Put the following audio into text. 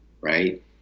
right